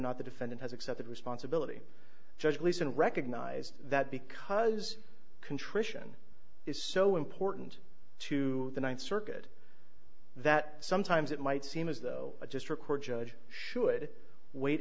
not the defendant has accepted responsibility judge leeson recognized that because contrition is so important to the th circuit that sometimes it might seem as though just record judge should wait